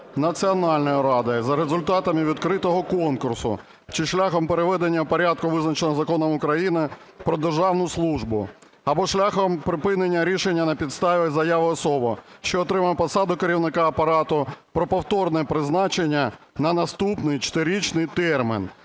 Національною радою за результатами відкритого конкурсу чи шляхом переведення в порядку, визначеному Законом України "Про державну службу," або шляхом припинення рішення на підстави заяви особи, що отримує посаду керівника апарату, про повторне призначення на наступний 4-річний термін